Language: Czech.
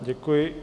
Děkuji.